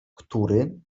który